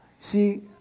See